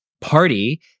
party